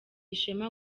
ishema